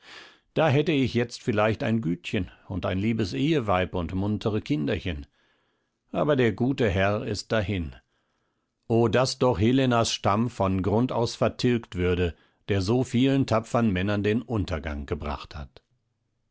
da hätte ich jetzt vielleicht ein gütchen und ein liebes eheweib und muntere kinderchen aber der gute herr ist dahin o daß doch helenas stamm von grund aus vertilgt würde der so vielen tapfern männern den untergang gebracht hat